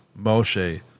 Moshe